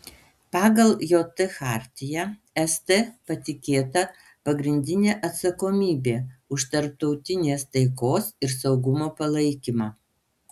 pagal jt chartiją st patikėta pagrindinė atsakomybė už tarptautinės taikos ir saugumo palaikymą